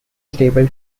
stable